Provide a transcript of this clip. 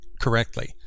correctly